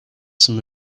some